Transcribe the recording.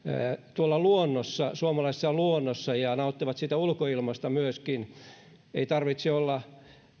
tuolla suomalaisessa luonnossa ja nauttivat siitä ulkoilmasta myöskin ei tarvitse olla